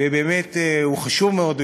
ובאמת הוא חשוב מאוד,